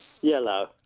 Yellow